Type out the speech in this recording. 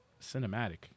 cinematic